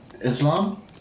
Islam